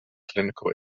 clinical